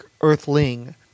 earthling